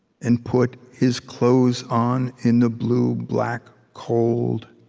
and put his clothes on in the blueblack cold